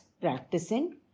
practicing